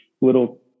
little